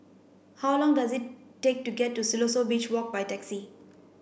how long does it take to get to Siloso Beach Walk by taxi